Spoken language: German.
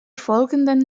folgenden